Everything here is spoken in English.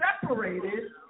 separated